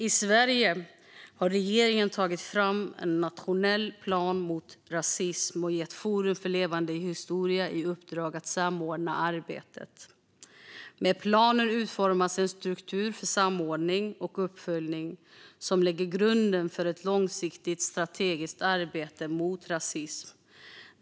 I Sverige har regeringen tagit fram en nationell plan mot rasism och gett Forum för levande historia i uppdrag att samordna arbetet. Med planen utformas en struktur för samordning och uppföljning som lägger grunden för ett långsiktigt strategiskt arbete mot rasism.